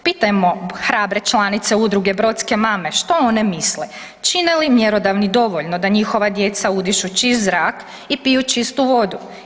Pitajmo hrabre članice Udruge Brodske mame što one misle, čine li mjerodavni dovoljno da njihova djeca udišu čist zrak i piju čistu vodu?